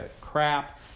crap